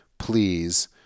please